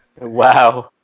Wow